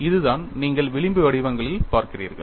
அதுதான் நீங்கள் விளிம்பு வடிவங்களில் பார்க்கிறீர்கள்